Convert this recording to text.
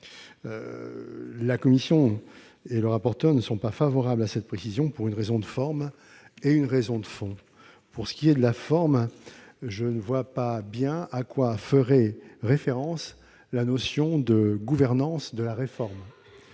La commission n'est pas favorable à cette précision, pour une raison de forme et une raison de fond. Pour ce qui est de la forme, je ne vois pas bien à quoi se réfère la notion de « gouvernance de la réforme